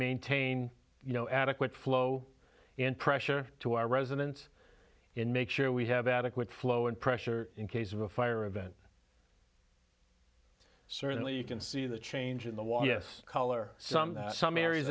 maintain you know adequate flow and pressure to our residence in make sure we have adequate flow and pressure in case of a fire event certainly you can see the change in the water yes color some that some areas